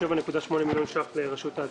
7.8 מיליון שקלים לרשות העתיקות.